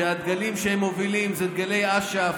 שהדגלים שהם מובילים הם דגלי אש"ף.